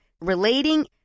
relating